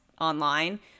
online